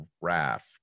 raft